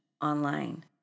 online